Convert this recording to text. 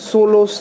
Solo